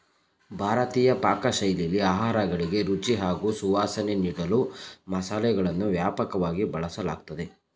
ಭಾರತೀಯ ಪಾಕಶೈಲಿಲಿ ಆಹಾರಗಳಿಗೆ ರುಚಿ ಹಾಗೂ ಸುವಾಸನೆ ನೀಡಲು ಮಸಾಲೆಗಳನ್ನು ವ್ಯಾಪಕವಾಗಿ ಬಳಸಲಾಗ್ತದೆ